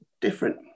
different